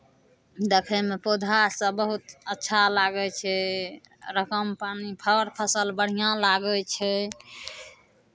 देखयमे पौधासभ बहुत अच्छा लागै छै रकम पानि फड़ फसल बढ़िआँ लागै छै